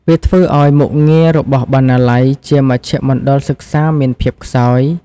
វាធ្វើឱ្យមុខងាររបស់បណ្ណាល័យជាមជ្ឈមណ្ឌលសិក្សាមានភាពខ្សោយ។